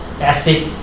ethic